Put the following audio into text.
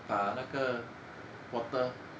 把那个 water